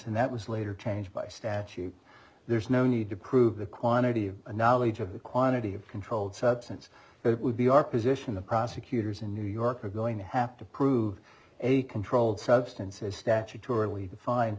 and that was later changed by statute there's no need to prove the quantity of knowledge of the quantity of controlled substance it would be our position the prosecutors in new york are going to have to prove a controlled substance is statutor